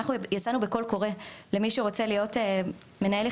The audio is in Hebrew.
אנחנו יצאנו בקול קורא למי שרוצה לבוא לנהל את